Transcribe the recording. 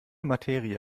materie